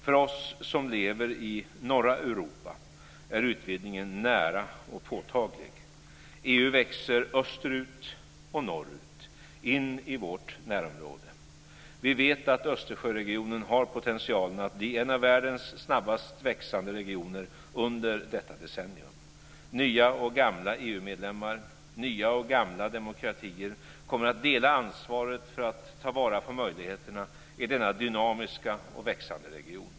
För oss som lever i norra Europa är utvidgningen nära och påtaglig. EU växer österut och norrut in i vårt närområde. Vi vet att Östersjöregionen har potentialen att bli en av världens snabbast växande regioner under detta decennium. Nya och gamla EU medlemmar, nya och gamla demokratier kommer att dela ansvaret för att ta vara på möjligheterna i denna dynamiska och växande region.